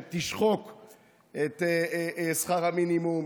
שתשחק את שכר המינימום,